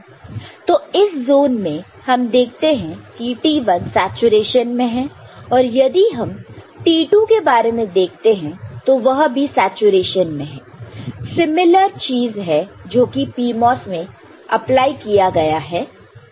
तो इस जोन में हम देखते हैं किT1 सैचुरेशन में है और यदि हम T2 के बारे में देखते हैं तो वह भी सैचुरेशन में है सिमिलर चीज है जो कि PMOS में अप्लाई किया गया है